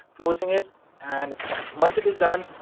closing it and it's done. once it is done,